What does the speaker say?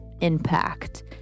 Impact